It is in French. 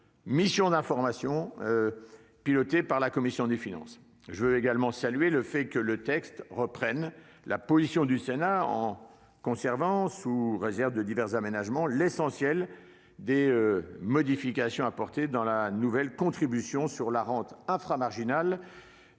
l'évasion fiscales, créée par la commission des finances. Je salue également le fait que le texte reprenne la position du Sénat en conservant, sous réserve de divers aménagements, l'essentiel des modifications apportées à la nouvelle contribution sur la rente inframarginale,